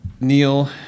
Neil